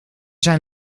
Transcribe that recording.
zijn